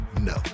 no